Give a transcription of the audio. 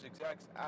execs